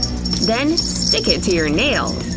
then stick it to your nail!